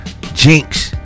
Jinx